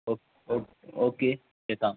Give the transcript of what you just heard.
ഓ ഓ ഓക്കെ കേൾക്കാം